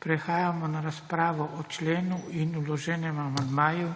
Prehajamo na razpravo o členu in vloženem amandmaju,